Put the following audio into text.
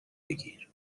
بگیر